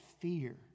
fear